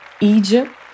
Egypt